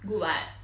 good [what]